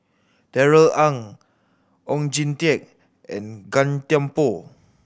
Darrell Ang Oon Jin Teik and Gan Thiam Poh